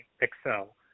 excel